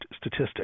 statistic